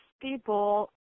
people